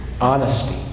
honesty